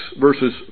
verses